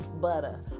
butter